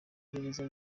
gereza